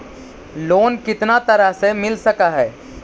Loan कितना तरह से मिल सक है?